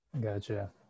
gotcha